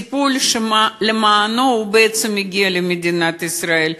טיפול שלמענו הוא בעצם הגיע למדינת ישראל.